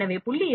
எனவே 0